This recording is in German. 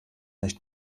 nicht